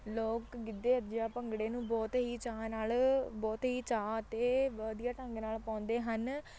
ਲੋਕ ਗਿੱਧੇ ਜਾਂ ਭੰਗੜੇ ਨੂੰ ਬਹੁਤ ਹੀ ਚਾਅ ਨਾਲ ਬਹੁਤ ਹੀ ਚਾਅ ਅਤੇ ਵਧੀਆ ਢੰਗ ਨਾਲ ਪਾਉਂਦੇ ਹਨ